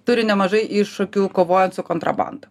turi nemažai iššūkių kovojant su kontrabanda